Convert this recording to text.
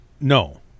No